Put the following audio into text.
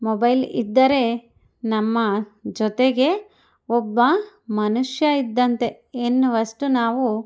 mobile ಇದ್ದರೆ ನಮ್ಮ ಜೊತೆಗೆ ಒಬ್ಬ ಮನುಷ್ಯ ಇದ್ದಂತೆ ಎನ್ನುವಷ್ಟು ನಾವು